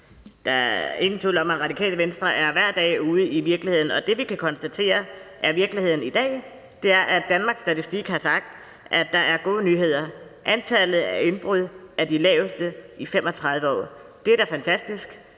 Der er ingen tvivl om, at Radikale Venstre hver dag er ude i virkeligheden. Og det, vi kan konstatere er virkeligheden i dag, er, at Danmarks Statistik har sagt, at der er gode nyheder. Antallet af indbrud er det laveste i 35 år. Det er da fantastisk.